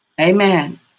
Amen